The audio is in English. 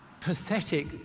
pathetic